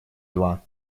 два